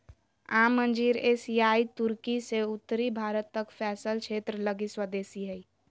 आम अंजीर एशियाई तुर्की से उत्तरी भारत तक फैलल क्षेत्र लगी स्वदेशी हइ